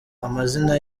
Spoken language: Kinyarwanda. amazina